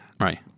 Right